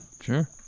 Sure